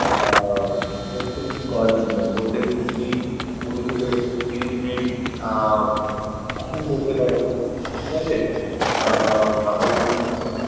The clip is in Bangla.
প্রত্যেক দিন করার জন্যে প্রত্যেকদিন যদি কুড়ি থেকে তিরিশ মিনিট মতন করতে পার ঠিক আছে তারপরে যদি